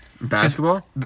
Basketball